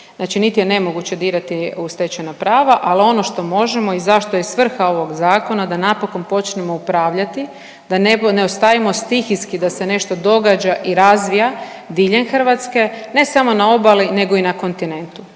Znači niti je nemoguće dirati u stečena prava, ali ono što možemo i zašto je svrha ovog Zakona, da napokon počnemo upravljati, da ne ostavimo stihijski da se nešto događa i razvija diljem Hrvatske, ne samo na obali, nego i na kontinentu.